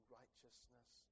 righteousness